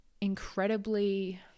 incredibly